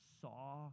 saw